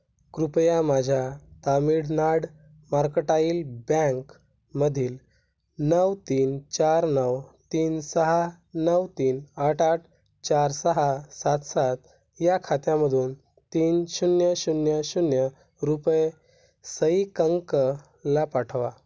कृपया माझ्या तामिळनाड मर्कटाईल बँकमधील नऊ तीन चार नऊ तीन सहा नऊ तीन आठ आठ चार सहा सात सात या खात्यामधून तीन शून्य शून्य शून्य रुपये सई कंकला पाठवा